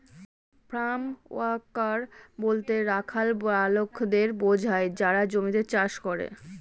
farm worker বলতে রাখাল বালকদের বোঝায় যারা জমিতে চাষ করে